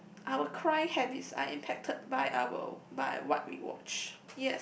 I were cry habits I impacted by I were by what we watch yes